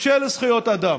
של זכויות אדם.